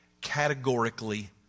categorically